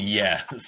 yes